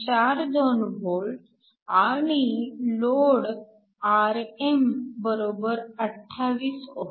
42 V आणि load Rm 28 ohms